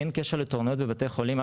אין קשר לתורנויות בבתי חולים.